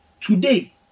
Today